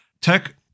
tech